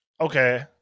okay